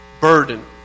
burden